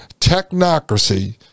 technocracy